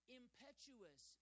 impetuous